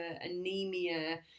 anemia